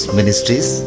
Ministries